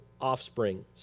offspring